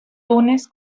túnez